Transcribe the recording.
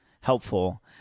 helpful